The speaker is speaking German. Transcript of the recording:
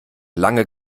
lange